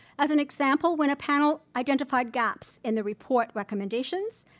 as an example, when a panel identified gaps in the report recommendations,